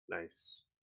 nice